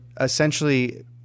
essentially